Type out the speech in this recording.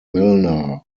milner